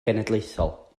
genedlaethol